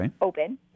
open